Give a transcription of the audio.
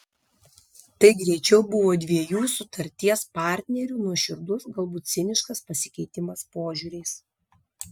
tai greičiau buvo dviejų sutarties partnerių nuoširdus galbūt ciniškas pasikeitimas požiūriais